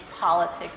politics